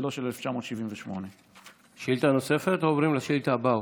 ולא של 1978. שאילתה נוספת או עוברים לשאילתה הבאה,